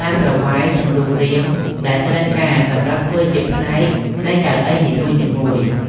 តាមប្រវែងនិងរូបរាងដែលត្រូវការសម្រាប់ធ្វើជាផ្នែកនៃកៅអីនីមួយៗ។